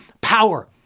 power